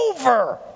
over